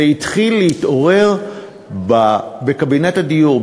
זה התחיל להתעורר בקבינט הדיור,